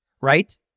right